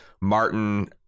Martin